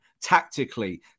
tactically